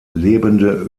lebende